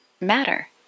matter